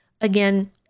Again